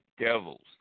Devils